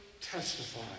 testify